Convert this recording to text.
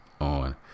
on